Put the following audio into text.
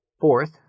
Fourth